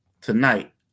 tonight